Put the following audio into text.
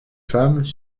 femmes